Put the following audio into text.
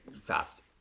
Fast